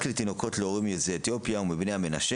לנו שרק לתינוקות להורים יוצאי אתיופיה ומבני המנשה